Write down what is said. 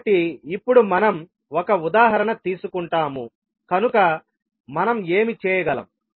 కాబట్టి ఇప్పుడు మనం ఒక ఉదాహరణ తీసుకుంటాము కనుక మనం ఏమి చేయగలం